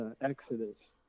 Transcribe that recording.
Exodus